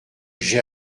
j’ai